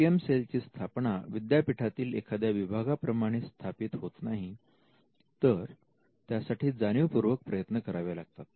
PM सेलची स्थापना विद्यापीठातील एखाद्या विभागा प्रमाणे स्थापित होत नाही तर त्यासाठी जाणीवपूर्वक प्रयत्न करावे लागतात